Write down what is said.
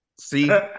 See